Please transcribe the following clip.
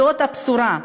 זאת הבשורה.